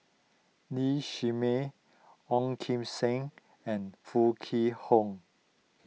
Lee Shermay Ong Kim Seng and Foo Kwee Horng